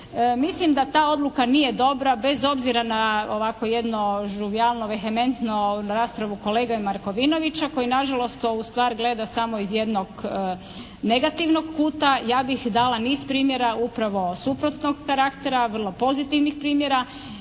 mislim da ta odluka nije dobra bez obzira na ovako jedno žuvijalno vehementnu raspravu kolege Markovinovića koji nažalost ovu stvar gleda samo iz jednog negativnog kuta. Ja bih dala niz primjera upravo suprotnog karaktera vrlo pozitivnih primjera